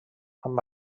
amb